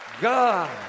God